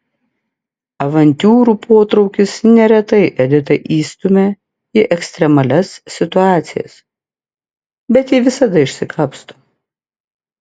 avantiūrų potraukis neretai editą įstumia į ekstremalias situacijas bet ji visada išsikapsto